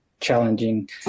challenging